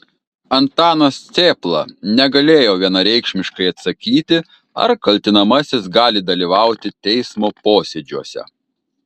antanas cėpla negalėjo vienareikšmiškai atsakyti ar kaltinamasis gali dalyvauti teismo posėdžiuose